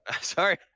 sorry